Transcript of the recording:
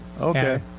okay